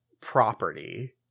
property